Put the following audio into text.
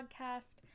podcast